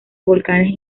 volcanes